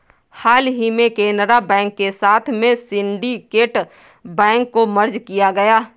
हाल ही में केनरा बैंक के साथ में सिन्डीकेट बैंक को मर्ज किया गया है